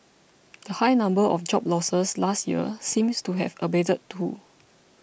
the high number of job losses last year seems to have abated too